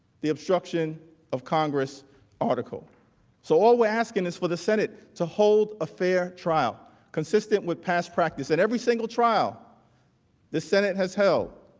the obstruction of congress article solo asking is for the senate to hold a fair trial consistent with past practice in every single trial the senate has no